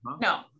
No